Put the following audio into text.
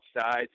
sides